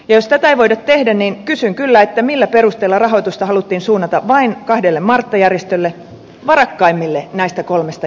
jos tätä ei voida tehdä niin kysyn kyllä millä perusteella rahoitusta haluttiin suunnata vain kahdelle marttajärjestölle varakkaimmille näistä kolmesta järjestöstä